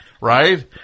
Right